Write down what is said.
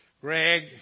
Greg